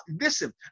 listen